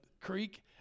creek